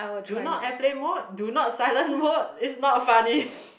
do not airplane mode do not silent mode it's not funny